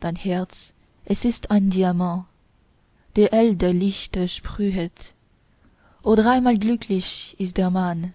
dein herz es ist ein diamant der edle lichter sprühet o dreimal glücklich ist der mann